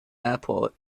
airport